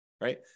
Right